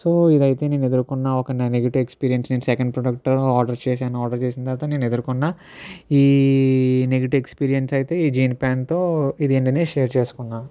so ఇదైతే నేను ఎదుర్కొన్న ఒక negative experience in second product order చేశాను ఆర్డర్ చేసిన తర్వాత నేను ఎదుర్కొన్న ఈ నెగటివ్ ఎక్స్పీరియన్స్ అయితే ఈ జీన్స్ ప్యాంట్ తో ఇదేంటంటే షేర్ చేసుకున్నాను